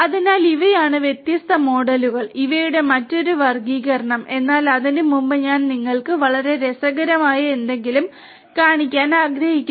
അതിനാൽ ഇവയാണ് വ്യത്യസ്ത മോഡലുകൾ ഇവയുടെ മറ്റൊരു വർഗ്ഗീകരണം എന്നാൽ അതിനുമുമ്പ് ഞാൻ നിങ്ങൾക്ക് വളരെ രസകരമായ എന്തെങ്കിലും കാണിക്കാൻ ആഗ്രഹിച്ചു